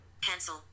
Cancel